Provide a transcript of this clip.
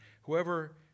Whoever